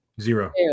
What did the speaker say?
Zero